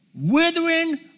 withering